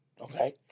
okay